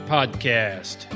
Podcast